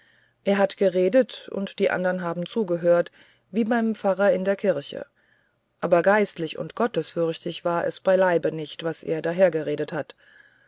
er hat geredet und die anderen haben zugehört wie beim pfarrer in der kirche aber geistlich und gottesfürchtig war es beileib nicht was er dahergeredet hat